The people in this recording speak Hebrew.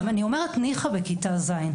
אני אומרת ניחא בכיתה ז'.